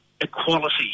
equality